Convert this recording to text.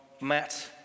Matt